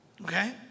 Okay